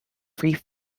free